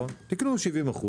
תקנו 70%,